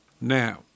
Now